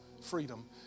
freedom